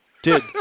Dude